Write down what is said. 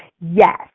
yes